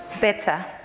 better